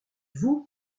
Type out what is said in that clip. vous